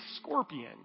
scorpion